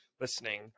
listening